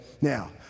Now